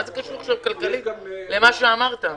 מה קשור לעניין הכלכלי מה שאמרת?